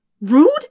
Rude